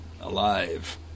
Alive